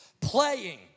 playing